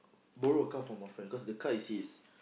borrow a car from our friend cause the car is his